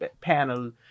panel